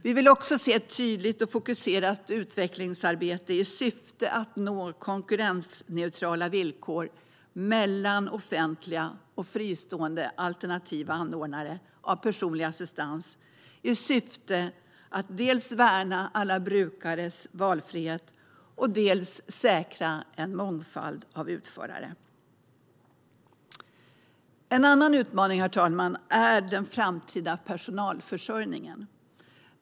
Vi vill också se ett tydligt och fokuserat utvecklingsarbete i syfte att nå konkurrensneutrala villkor mellan offentliga och fristående alternativa anordnare av personlig assistans för att dels värna alla brukares valfrihet, dels säkra en mångfald av utförare. Herr talman! En annan utmaning är den framtida personalförsörjningen.